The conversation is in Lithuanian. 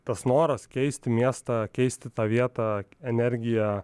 tas noras keisti miestą keisti tą vietą energiją